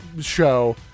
show